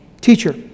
Teacher